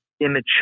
immature